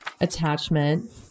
attachment